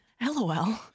LOL